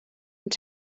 and